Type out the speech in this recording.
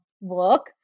work